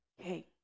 okay